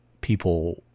people